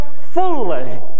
fully